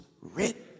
written